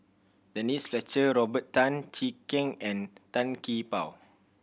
Denise Fletcher Robert Tan Jee Keng and Tan Gee Paw